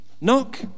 Knock